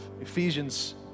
Ephesians